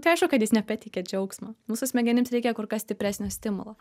tai aišku kad jis nebeteikia džiaugsmo mūsų smegenims reikia kur kas stipresnio stimulo